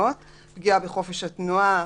פגיעה בחופש התנועה,